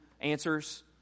answers